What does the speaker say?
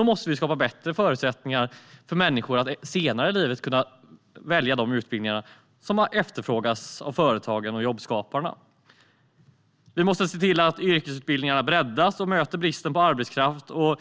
Vi måste skapa bättre förutsättningar för människor att senare i livet kunna välja de utbildningar som efterfrågas av företagen och jobbskaparna. Vi måste se till att yrkesutbildningarna breddas och möter bristen på arbetskraft, och